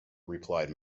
replied